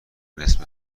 نصف